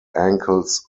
ankles